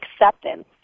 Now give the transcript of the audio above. acceptance